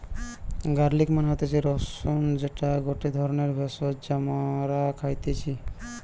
garlic মানে হতিছে রসুন যেটা গটে ধরণের ভেষজ যা মরা খাইতেছি